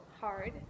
Hard